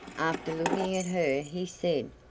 after looking at her he said,